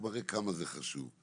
מראה כמה חוק כזה חשוב.